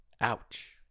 Ouch